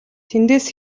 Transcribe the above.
тэндээс